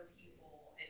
people